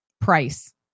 Price